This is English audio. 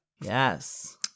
Yes